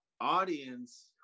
audience